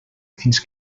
fins